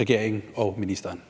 regeringen og ministeren.